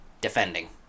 defending